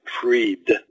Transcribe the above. freed